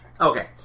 Okay